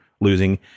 losing